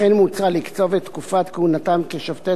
לכן מוצע לקצוב את תקופת כהונתם כשופטי